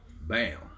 Bam